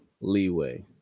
leeway